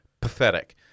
pathetic